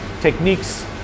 techniques